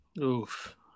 Oof